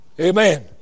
amen